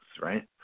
right